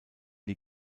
die